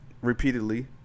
repeatedly